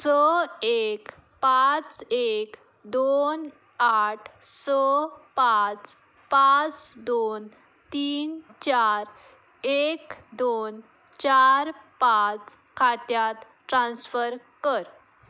स एक पांच एक दोन आट स पांच पांच दोन तीन चार एक दोन चार पांच खात्यांत ट्रान्स्फर कर